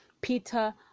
Peter